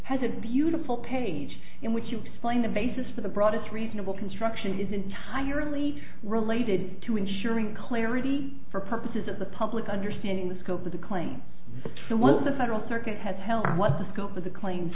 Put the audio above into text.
has a beautiful page in which you explain the basis for the broadest reasonable construction is entirely related to ensuring clarity for purposes of the public understanding the scope of the claim what the federal circuit has held what the scope of the claims